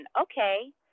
Okay